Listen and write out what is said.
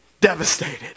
Devastated